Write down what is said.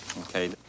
okay